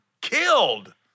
killed